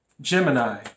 Gemini